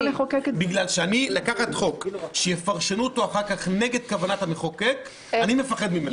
בגלל שלקחת חוק שיפרשו אותו אחר כך נגד כוונת המחוקק אני מפחד ממנו.